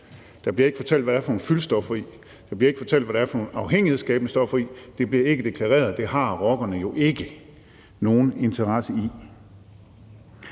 Det bliver ikke fortalt, hvad det er for nogle fyldstoffer, der er i; det bliver ikke fortalt, hvad det er for nogle afhængighedsskabende stoffer, der er i. Det bliver ikke deklareret. Det har rockerne jo ikke nogen interesse i